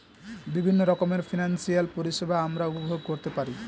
বিভিন্ন রকমের ফিনান্সিয়াল পরিষেবা আমরা উপভোগ করতে পারি